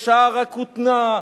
יש שער הכותנה,